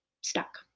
stuck